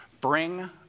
bring